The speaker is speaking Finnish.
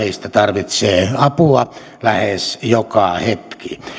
heistä tarvitsee apua lähes joka hetki